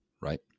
right